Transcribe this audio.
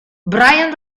brian